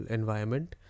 environment